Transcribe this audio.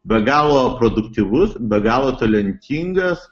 be galo produktyvus be galo talentingas